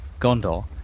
Gondor